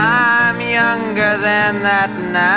i'm younger than that